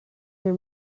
your